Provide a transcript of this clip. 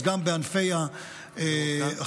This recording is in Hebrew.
אז גם בענפי החקלאות,